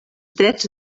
drets